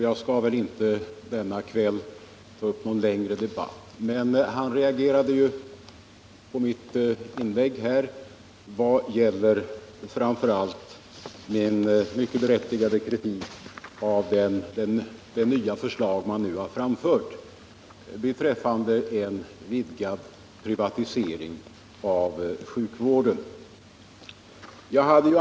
Jag skall denna kväll inte ta upp någon längre debatt, men herr Ringaby reagerade ju på mitt inlägg vad gäller framför allt min mycket berättigade kritik av det motionsförslag som man nu har lagt fram om en utvidgning av sjukvårdens privatisering.